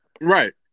Right